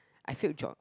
I failed Geog